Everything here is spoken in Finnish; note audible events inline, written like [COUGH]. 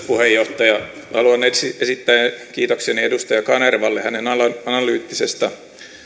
[UNINTELLIGIBLE] puheenjohtaja haluan esittää kiitokseni edustaja kanervalle hänen analyyttisestä